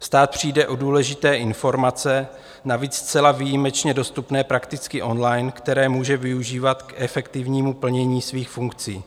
Stát přijde o důležité informace, navíc zcela výjimečně dostupné prakticky online, které může využívat k efektivnímu plnění svých funkcí.